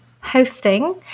hosting